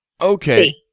Okay